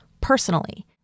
personally